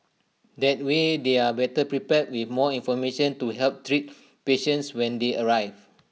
that way they are better prepared with more information to help treat patients when they arrive